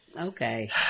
Okay